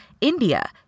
India